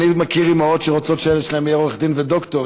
אני מכיר אימהות שרוצות שהילד שלהם יהיה עורך-דין ודוקטור,